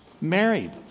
married